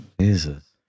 Jesus